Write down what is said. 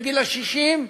לגיל 60,